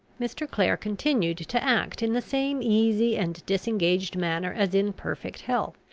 mr. clare continued to act in the same easy and disengaged manner as in perfect health.